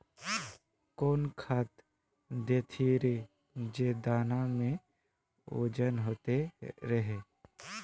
कौन खाद देथियेरे जे दाना में ओजन होते रेह?